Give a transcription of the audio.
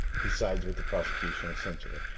he sides with the prosecution essentially.